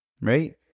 Right